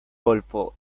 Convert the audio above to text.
golfo